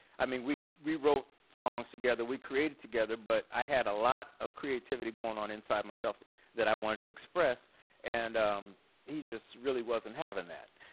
i mean, we we wrote songs together, we created together but i has a lot of creativity going on inside myself that i wanted to express and he just really wasn't having that.